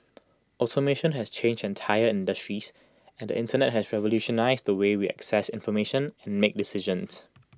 automation has changed entire industries and the Internet has revolutionised the way we access information and make decisions